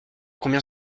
combien